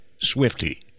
Swifty